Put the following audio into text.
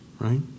Right